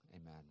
Amen